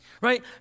right